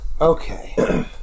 Okay